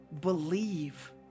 believe